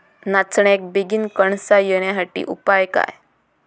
नाचण्याक बेगीन कणसा येण्यासाठी उपाय काय?